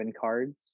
cards